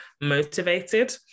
motivated